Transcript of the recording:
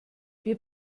wir